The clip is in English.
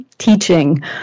teaching